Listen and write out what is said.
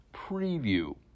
preview